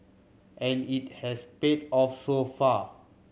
and it has paid off so far